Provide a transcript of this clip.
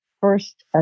first